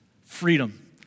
freedom